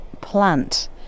plant